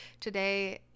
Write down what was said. Today